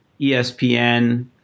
ESPN